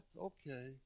Okay